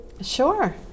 Sure